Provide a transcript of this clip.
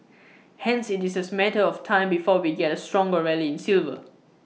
hence IT is A matter of time before we get A stronger rally in silver